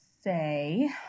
say